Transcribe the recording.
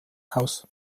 aus